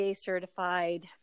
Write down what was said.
certified